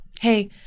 Hey